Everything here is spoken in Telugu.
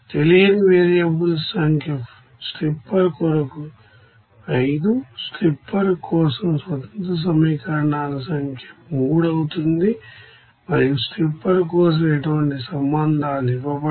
తెలియని వేరియబుల్స్ సంఖ్య స్ట్రిప్పర్ కొరకు 5 స్ట్రిప్పర్ కోసం స్వతంత్ర సమీకరణాల సంఖ్య 3 అవుతుంది మరియు స్ట్రిప్పర్ కోసం ఎటువంటి సంబంధాలు ఇవ్వబడవు